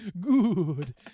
good